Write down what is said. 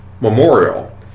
memorial